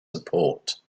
support